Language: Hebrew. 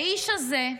האיש הזה,